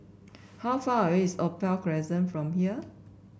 how far away is Opal Crescent from here